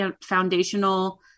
foundational